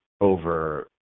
over